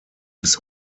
bis